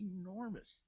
enormous